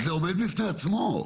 זה עומד בפני עצמו.